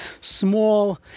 small